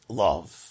love